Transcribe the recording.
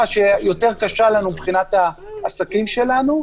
היא יותר קשה לנו מבחינת העסקים שלנו.